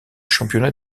championnats